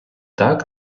так